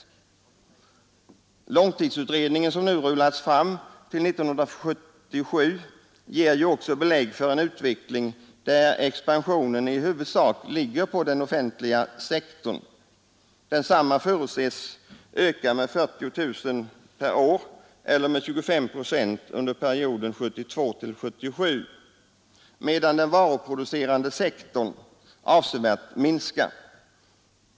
Långtidsutredningen, som nu rullats fram till 1977, ger också belägg för en utveckling där expansionen i huvudsak ligger på den offentliga sektorn. Den förutses öka med 40 000 arbetstillfällen per år eller med 25 procent under perioden 1972-1977, medan den varuproducerande sektorn avsevärt minskar.